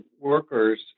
workers